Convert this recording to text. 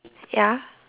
ya